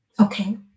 Okay